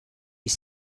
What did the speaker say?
you